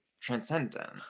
transcendent